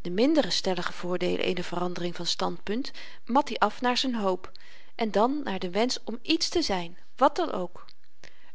de minder stellige voordeelen eener verandering van standpunt mat i af naar z'n hoop en naar den wensch om iets te zyn wàt dan ook